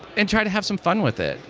and try to have some fun with it.